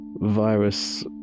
virus